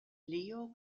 leo